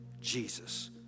Jesus